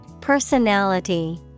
Personality